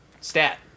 Stat